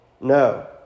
No